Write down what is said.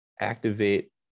activate